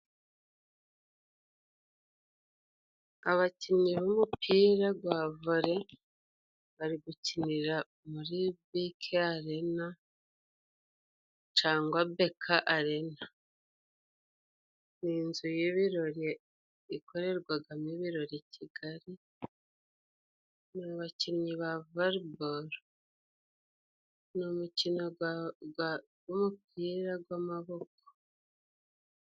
Abakinnyi b'umupira gwa vale bari gukinira muri Biki arena cyangwa Beka arena. Ni inzu y'ibirori ikorerwagamo ibirori i Kigali, ni abakinnyi ba volebolo. Ni umukino gw'umupira gw'amaboko.